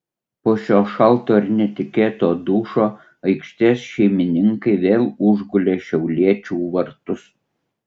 po šio šalto ir netikėto dušo aikštės šeimininkai vėl užgulė šiauliečių vartus